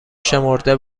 شمرده